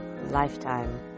lifetime